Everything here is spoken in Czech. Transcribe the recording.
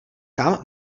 kam